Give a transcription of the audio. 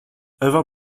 ewa